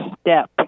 step